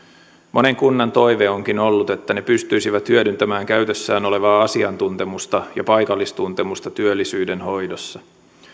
monen kunnan toive onkin ollut että ne pystyisivät hyödyntämään käytössä olevaa asiantuntemusta ja paikallistuntemusta työllisyyden hoidossa